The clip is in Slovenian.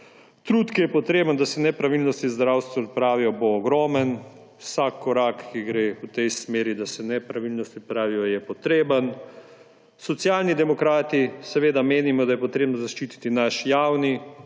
Trud, ki je potreben, da se nepravilnosti v zdravstvu odpravijo, bo ogromen. Vsak korak, ki gre v tej smeri, da se nepravilnosti odpravijo, je potreben. Socialni demokrati seveda menimo, da je potrebno zaščititi naš javni,